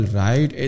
right